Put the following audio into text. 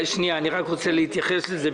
אני רוצה הצעה לסדר.